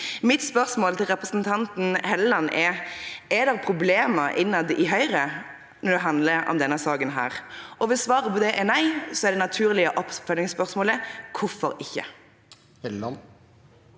Mitt spørsmål til representanten Hofstad Helleland er: Er det problemer innad i Høyre når det handler om denne saken? Og hvis svaret på det er nei, er det naturlige oppfølgingsspørsmålet: Hvorfor ikke?